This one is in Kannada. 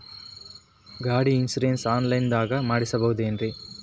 ಗಾಡಿ ಇನ್ಶೂರೆನ್ಸ್ ಆನ್ಲೈನ್ ದಾಗ ಮಾಡಸ್ಬಹುದೆನ್ರಿ?